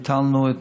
ביטלנו,